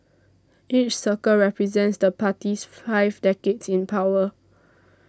each circle represents the party's five decades in power